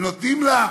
ונותנים לה,